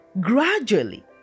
gradually